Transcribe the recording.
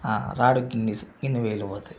రాడుకు ఇన్నీ ఇన్ని వేలు పోతాయి